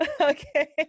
Okay